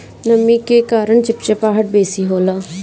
नमी के कारण चिपचिपाहट बेसी होला